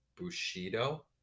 Bushido